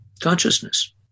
consciousness